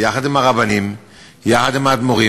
כי אני יודעת שבטח קראת את הדוח,